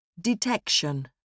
Detection